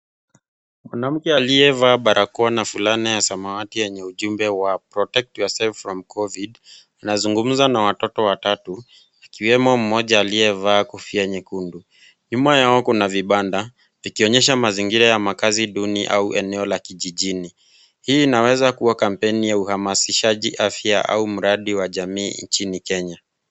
Mwanamke aliye vaa barakoa na fulana ya samawati yenye ujumbe wa protect yourself from COVID anazungumza na watoto watatu akiwemo mmoja aliye vaa kofia nyekundu. Nyuma Yao kuna vipanda vikionyesha mazingira ya makazi duni au eneo la kijijini, hii inaeza kuwa kampeni ya uhamazishaji afya au jamii mjini Kenya.